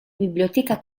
biblioteca